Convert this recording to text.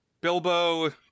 Bilbo